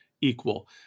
equal